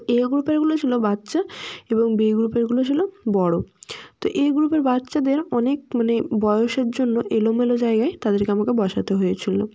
তো এ গ্রুপেরগুলো ছিল বাচ্চা এবং বি গ্রুপেরগুলো ছিল বড়ো তো এ গ্রুপের বাচ্চাদের অনেক মানে বয়সের জন্য এলোমেলো জায়গায় তাদেরকে আমাকে বসাতে হয়েছিলো